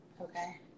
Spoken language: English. Okay